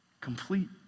complete